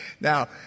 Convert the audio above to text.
Now